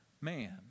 man